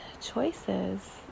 choices